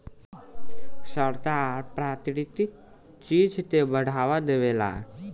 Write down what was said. सरकार प्राकृतिक चीज के बढ़ावा देवेला